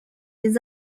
les